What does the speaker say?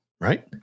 Right